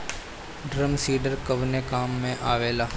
Drum seeder कवने काम में आवेला?